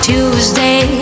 Tuesday